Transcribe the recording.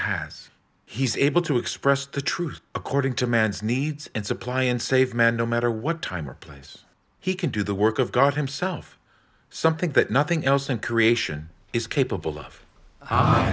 has he's able to express the truth according to man's needs and supply and save man no matter what time or place he can do the work of god himself something that nothing else in creation is capable of a